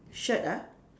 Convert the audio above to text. shirt ah